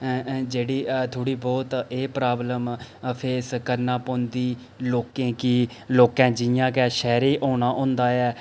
जेह्ड़ी थोह्ड़ी बोह्त एह् प्राबलम फेस करना पौंदी लोकें गी लोकें जि'यां गै शैह्रें ई औना औंदा ऐ